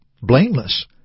blameless